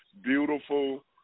beautiful